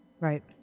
Right